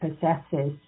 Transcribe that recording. possesses